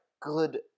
good